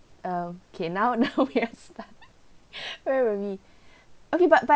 um okay now now we are stuck where were we okay but but